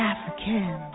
African